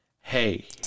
hey